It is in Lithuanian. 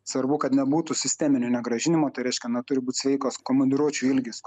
svarbu kad nebūtų sisteminio negrąžinimo tai reiškia na turi būt sveikas komandiruočių ilgis